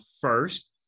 first